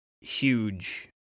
huge